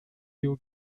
you